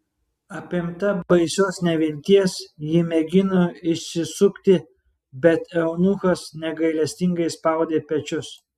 apimta baisios nevilties ji mėgino išsisukti bet eunuchas negailestingai spaudė pečius